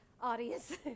audience